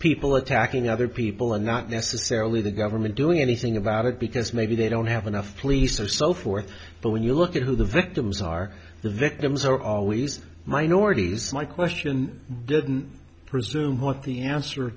people attacking other people and not necessarily the government doing anything about it because maybe they don't have enough police or so forth but when you look at who the victims are the victims are always minorities my question didn't presume what the answer